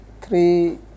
three